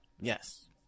Yes